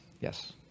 Yes